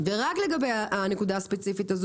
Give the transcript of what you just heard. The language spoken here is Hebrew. ורק לגבי הנקודה הספציפית הזאת,